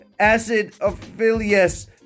acidophilus